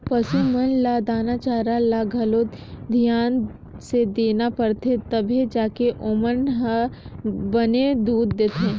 पसू मन ल दाना चारा ल घलो धियान से देना परथे तभे जाके ओमन ह बने दूद देथे